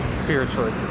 spiritually